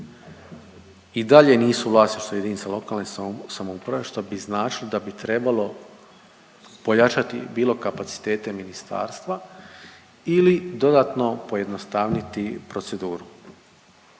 i dalje nisu u vlasništvu JLS, što bi značilo da bi trebalo pojačati bilo kapacitete ministarstva ili dodatno pojednostavniti proceduru.